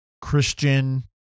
Christian